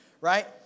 right